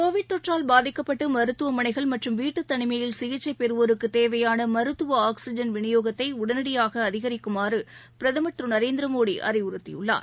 Covid தொற்றால் பாதிக்கப்பட்டு மருத்துவமனைகள் மற்றும் வீட்டு தனிமையில் சிகிச்சை பெறுவோருக்குத் தேவையான மருத்துவ ஆக்ஸிஜன் விநியோகத்தை உடனடியாக அதிகரிக்குமாறு பிரதமர் திரு நரேந்திர மோடி அறிவுறுத்தியுள்ளார்